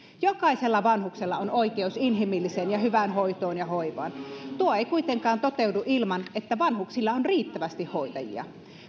jokaisella vanhuksella on oikeus inhimilliseen ja hyvään hoitoon ja hoivaan se ei kuitenkaan toteudu ilman että vanhuksilla on riittävästi hoitajia